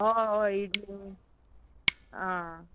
हय हय एक लीटर आं